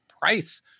price